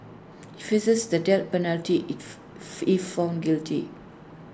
he faces the death penalty if if found guilty